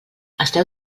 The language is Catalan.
esteu